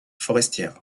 forestières